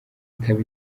ikaba